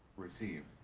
received.